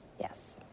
Yes